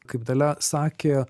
kaip dalia sakė